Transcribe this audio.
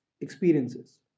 experiences